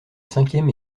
cinquième